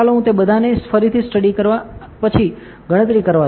ચાલો હું તે બધાને ફરીથી સ્ટડી કરવા અને પછી ગણતરી કરવા દો